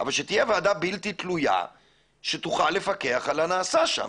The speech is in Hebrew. אבל שתהיה ועדה בלתי תלויה שתוכל לפקח על הנעשה שם,